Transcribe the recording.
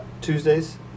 Tuesdays